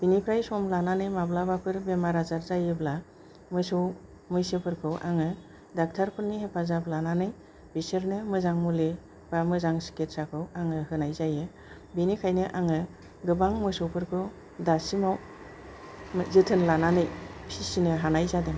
बेनिफ्राय सम लानानै माब्लाबाफोर बेमार आजार जायोब्ला मोसौ मैसोफोरखौ आङो डक्ट'र फोरनि हेफाजाब लानानै बिसोरनो मोजां मुलि एबा मोजां सिकिट्साखौ आङो होनाय जायो बेनिखायनो आङो गोबां मोसौफोरखौ दासिमाव जोथोन लानानै फिसिनो हानाय जादों